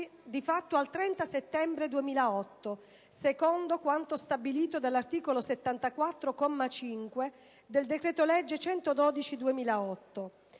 di fatto al 30 settembre 2008, secondo quanto stabilito dall'articolo 74, comma 5, del decreto-legge n.